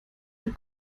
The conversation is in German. den